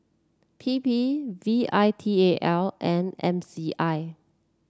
P P V I T A L and M C I